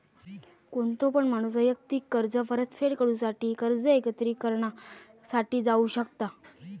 कोणतो पण माणूस वैयक्तिक कर्ज परतफेड करूसाठी कर्ज एकत्रिकरणा साठी जाऊ शकता